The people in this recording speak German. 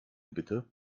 bitte